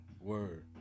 Word